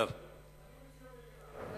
אני